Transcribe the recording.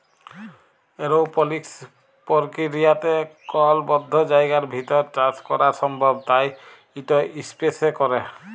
এরওপলিক্স পর্কিরিয়াতে কল বদ্ধ জায়গার ভিতর চাষ ক্যরা সম্ভব তাই ইট ইসপেসে ক্যরে